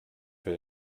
für